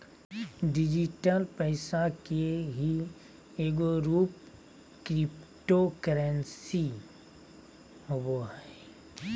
digital पैसा के ही एगो रूप क्रिप्टो करेंसी होवो हइ